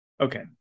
Okay